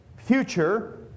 Future